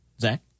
zach